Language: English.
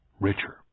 richer